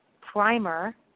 primer